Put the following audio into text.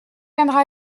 viendra